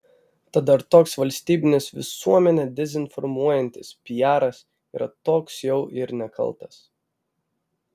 tad ar toks valstybinis visuomenę dezinformuojantis piaras yra toks jau ir nekaltas